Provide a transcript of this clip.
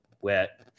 wet